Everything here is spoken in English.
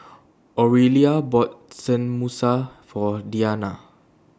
Orelia bought Tenmusu For Deana